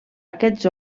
aquests